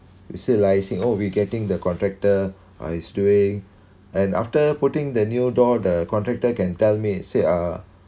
say liaising oh we getting the contractor uh he's doing and after putting the new door the contractor can tell me say uh